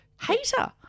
Hater